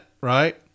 right